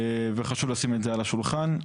וחשוב לשים את זה על השולחן,